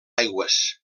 aigües